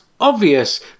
obvious